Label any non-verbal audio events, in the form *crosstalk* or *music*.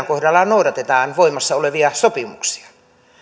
*unintelligible* kohdalla noudatetaan voimassa olevia sopimuksia